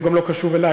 הוא גם לא קשוב אלי,